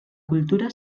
cultura